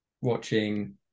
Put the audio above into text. watching